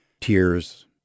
tears